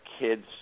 kids